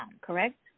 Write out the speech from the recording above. correct